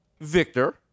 Victor